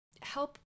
help